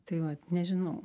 tai vat nežinau